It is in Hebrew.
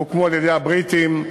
הם הוקמו על-ידי הבריטים.